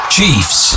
Chiefs